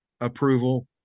approval